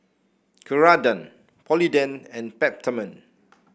Ceradan Polident and Peptamen